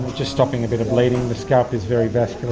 just stopping a bit of bleeding, the scalp is very vascular